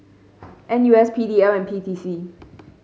N U S P D L and P T C